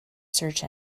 search